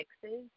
fixes